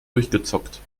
durchgezockt